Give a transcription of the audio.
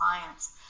clients